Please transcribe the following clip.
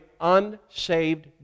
unsaved